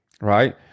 right